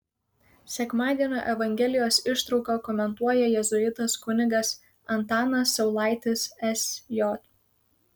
sekmadienio evangelijos ištrauką komentuoja jėzuitas kunigas antanas saulaitis sj